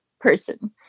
person